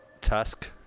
Tusk